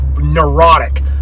neurotic